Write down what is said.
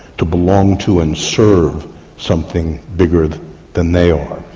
to belong to and serve something bigger than they are.